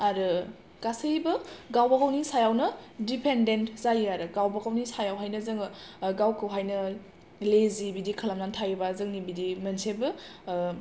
आरो गासैबो गावबा गाव गावनि सायावनो दिफेनदेन्थ जायो आरो गावबा गावनि सायावहायनो जोङो गावखौ हायनो लेजि बिदि खालामनानै थायोब्ला जोंनि बिदि मोनसेबो